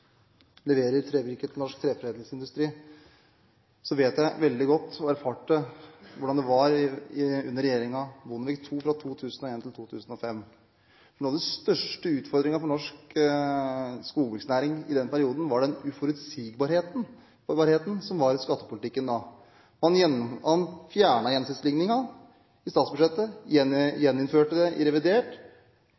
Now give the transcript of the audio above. leverer trevirke til norsk treforedlingsindustri, så vet jeg veldig godt og har selv erfart hvordan det var under Bondevik II-regjeringen fra 2001 til 2005. Noe av den største utfordringen for norsk skogbruksnæring i den perioden var uforutsigbarheten i skattepolitikken. Man fjernet gjennomsnittsligningen i statsbudsjettet,